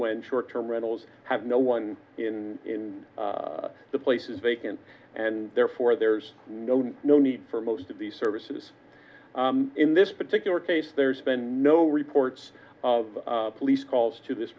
when short term rentals have no one in the place is vacant and therefore there's no no need for most of these services in this particular case there's been no reports of police calls to this